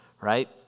right